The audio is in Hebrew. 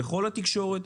בכל התקשורת,